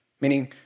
meaning